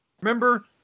Remember